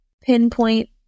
pinpoint